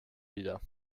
wieder